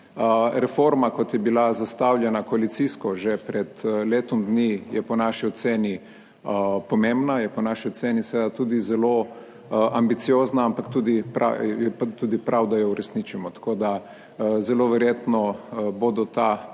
Reforma, kot je bila zastavljena koalicijsko že pred letom dni, je po naši oceni pomembna, je po naši oceni seveda tudi zelo ambiciozna, ampak tudi je tudi prav, da jo uresničimo. Tako, da zelo verjetno bodo ta